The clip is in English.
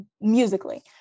musically